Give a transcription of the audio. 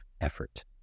effort